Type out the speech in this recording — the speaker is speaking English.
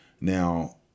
now